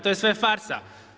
To je sve farsa.